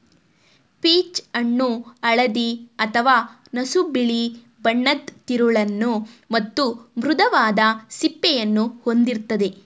peach ಹಣ್ಣು ಹಳದಿ ಅಥವಾ ನಸುಬಿಳಿ ಬಣ್ಣದ್ ತಿರುಳನ್ನು ಮತ್ತು ಮೃದುವಾದ ಸಿಪ್ಪೆಯನ್ನು ಹೊಂದಿರ್ತದೆ